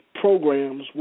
programs